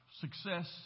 success